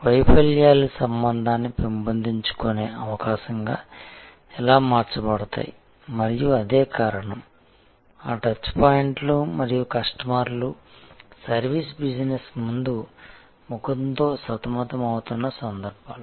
వైఫల్యాలు సంబంధాన్ని పెంపొందించుకునే అవకాశంగా ఎలా మార్చబడతాయి మరియు అదే కారణం ఆ టచ్పాయింట్లు మరియు కస్టమర్లు సర్వీస్ బిజినెస్ ముందు ముఖంతో సతమతమవుతున్న సందర్భాలు